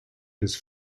his